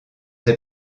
ses